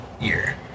year